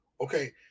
okay